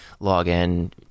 login